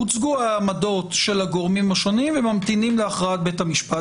הוצגו העמדות של הגורמים השונים וממתינים להכרעת בית המשפט.